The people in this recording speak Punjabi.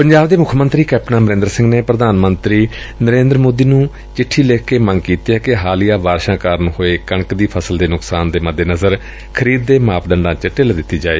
ਪੰਜਾਬ ਦੇ ਮੁੱਖ ਮੰਤਰੀ ਕੈਪਟਨ ਅਮਰੰਦਰ ਸਿੰਘ ਨੇ ਪ੍ਰਧਾਨ ਮੰਤਰੀ ਨਰੇਂਦਰ ਮੋਦੀ ਨੂੰ ਚਿੱਠੀ ਲਿਖ ਕੇ ਮੰਗ ਕੀਤੀ ਏ ਹਾਲੀਆ ਬਾਰਿਸ਼ਾਂ ਕਾਰਨ ਹੋਏ ਕਣਕ ਦੀ ਫਸਲ ਦੇ ਨੁਕਸਾਨ ਦੇ ਮੁੱਦੇਨਜ਼ਰ ਖਰੀਦ ਦੇ ਮਾਪੰਡਾਂ ਚ ਢਿੱਲ ਦਿੱਡੀ ਜਾਏ